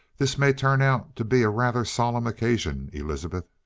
this may turn out to be a rather solemn occasion, elizabeth.